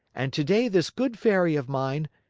and today this good fairy of mine,